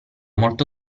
molto